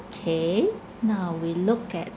K now we look at